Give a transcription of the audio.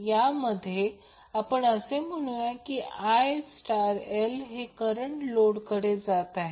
यामध्ये आपण असे म्हणूया की IL हे करंट लोडकडे जात आहे